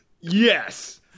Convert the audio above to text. Yes